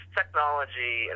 technology